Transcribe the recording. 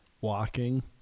walking